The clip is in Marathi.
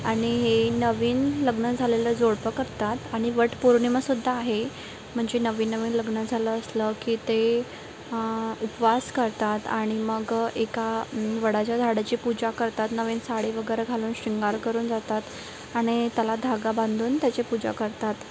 आणि हे नवीन लग्न झालेलं जोडपं करतात आणि वटपौर्णिमासुद्धा आहे म्हणजे नवीन नवीन लग्न झालं असलं की ते उपवास करतात आणि मग एका वडाच्या झाडाची पूजा करतात नवीन साडी वगैरे घालून शृंगार करून जातात आणि त्याला धागा बांधून त्याची पूजा करतात